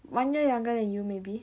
one year younger than you maybe